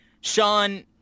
Sean